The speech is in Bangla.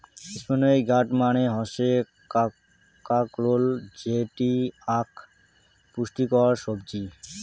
স্পিনই গার্ড মানে হসে কাঁকরোল যেটি আক পুষ্টিকর সবজি